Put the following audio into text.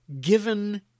given